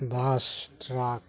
bus truck